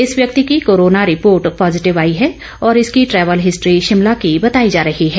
इस व्यक्ति की कोरोना रिपोर्ट पॉजीटिव आई है और इसकी ट्रैवल हिस्ट्री शिमला की बताई जा रही है